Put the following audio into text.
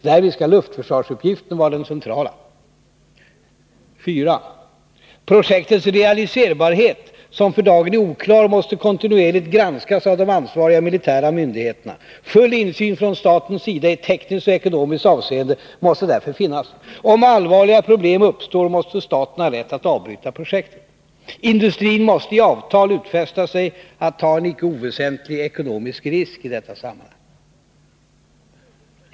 Därvid skall luftförsvarsuppgiften vara den centrala. 4. Projektets realiserbarhet, som för dagen är oklar, måste kontinuerligt granskas av de ansvariga militära myndigheterna. Full insyn från statens sida i tekniskt och ekonomiskt avseende måste därför finnas. Om allvarliga problem uppstår måste staten ha rätt att avbryta projektet. Industrin måste i avtal utfästa sig att ta en inte oväsentlig ekonomisk risk i detta sammanhang.